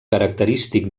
característic